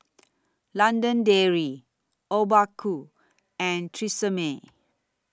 London Dairy Obaku and Tresemme